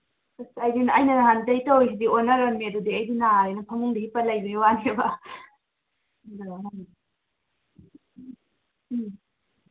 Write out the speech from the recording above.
ꯑꯁ ꯑꯩꯗꯤ ꯑꯩꯅ ꯅꯍꯥꯟꯒꯩ ꯇꯧꯔꯤꯁꯤꯗꯤ ꯑꯣꯟꯅꯔꯝꯃꯦ ꯑꯗꯨꯗꯤ ꯑꯩꯗꯤ ꯅꯥꯔꯦꯅ ꯐꯃꯨꯡꯗ ꯍꯤꯞꯄ ꯂꯩꯕꯩ ꯋꯥꯅꯦꯕ ꯎꯝ